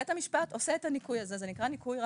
בית המשפט עושה את הניכוי הזה - זה נקרא רעיוני